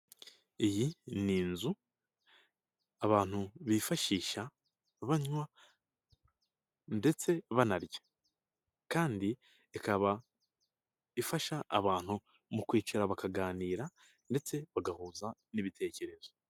Iyi ni inzu abantu bifashisha banywa ndetse banarya kandi ikaba ifasha abantu mu kwicara bakaganira ndetse bagahuza n'ibitekerezo.